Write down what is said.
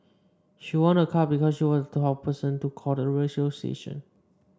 she won a car because she was the twelfth person to call the radio station